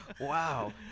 Wow